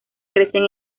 crecen